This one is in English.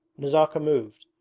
nazarka moved,